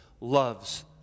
loves